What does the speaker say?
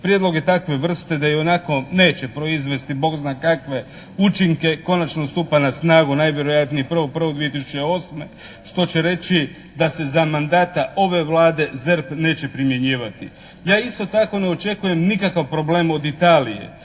Prijedlog je takve vrste da ionako neće proizvesti Bog zna kakve učinke. Konačno, stupa na snagu najvjerojatnije 1.1.2008. što će reći da se za mandata ove Vlade ZERP neće primjenjivati. Ja isto tako ne očekujem nikakav problem od Italije,